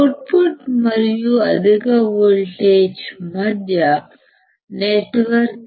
output మరియు అధిక voltage మధ్య నెట్వర్క్